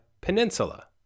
peninsula